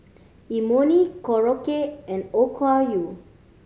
Imoni Korokke and Okayu